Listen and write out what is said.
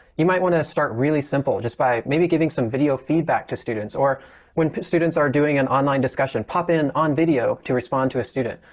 you might want to start really simple just by maybe giving some video feedback to students or when students are doing an online discussion, pop in on video to respond to a student.